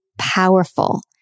Powerful